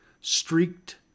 streaked